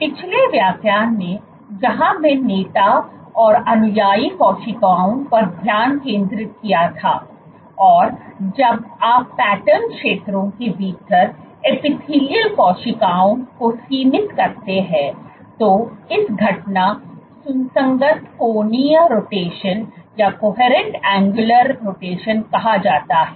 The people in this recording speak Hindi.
पिछले व्याख्यान में जहां मैं नेता और अनुयायी कोशिकाओं पर ध्यान केंद्रित किया था और जब आप पैटर्न क्षेत्रों के भीतर एपीथेलियल कोशिकाओं को सीमित करते हैं तो इस घटना सुसंगत कोणीय रोटेशन कहा जाता है